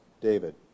David